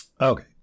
Okay